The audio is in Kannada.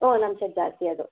ಓ ನಮ್ಮ ಸೈಡ್ ಜಾಸ್ತಿ ಅದು